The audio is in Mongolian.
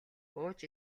ууж